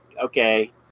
Okay